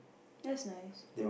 that's nice